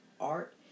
art